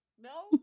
No